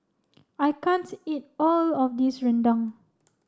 I can't eat all of this Rendang